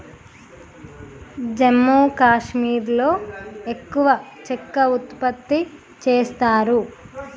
జమ్మూ కాశ్మీర్లో ఎక్కువ చెక్క ఉత్పత్తి చేస్తారు